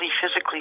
physically